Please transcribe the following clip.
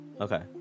Okay